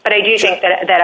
but i do think that that